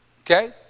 Okay